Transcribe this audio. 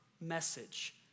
message